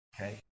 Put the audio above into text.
Okay